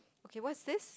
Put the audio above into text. okay what's this